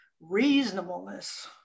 reasonableness